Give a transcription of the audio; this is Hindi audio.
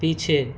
पीछे